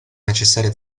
necessarie